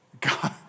God